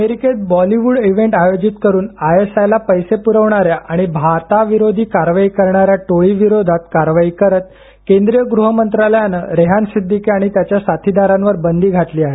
अमेरिकेत बॉलिवूड इव्हेंट आयोजित करून आयएसआयला पैसे पुरवणाऱ्या आणि भारताविरोधी कारवाई करणाऱ्या टोळी विरोधात कारवाई करत केंद्रीय गृहमंत्रालयानं रेहान सिद्दीकी आणि त्याच्या साथीदारांवर बंदी घातली आहे